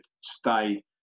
stay